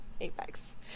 apex